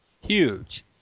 Huge